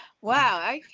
Wow